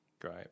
Great